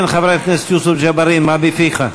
כן, חבר הכנסת יוסף ג'בארין, מה בפיך?